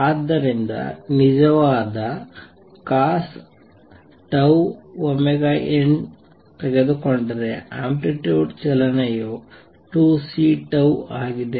ಆದ್ದರಿಂದ ನಿಜವಾದ cosτωn ತೆಗೆದುಕೊಂಡರೆ ಆಂಪ್ಲಿಕ್ಯೂಡ್ ಚಲನೆಯು 2C ಆಗಿದೆ